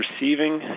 receiving